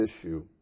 issue